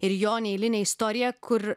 ir jo neeilinę istoriją kur